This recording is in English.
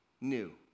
new